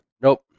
Nope